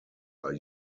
are